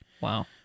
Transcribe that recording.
Wow